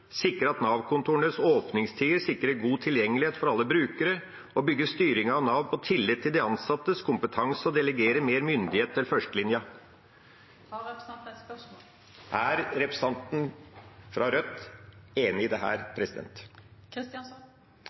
sikre at Nav-kontorenes åpningstider sikrer god tilgjengelighet for alle brukere og bygge styringen av Nav på tillit til de ansattes kompetanse og delegere mer myndighet til førstelinja. Er representanten fra Rødt enig i dette? Det